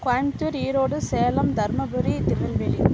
Coimbatore Erode Salem Dharmapuri Tirunelveli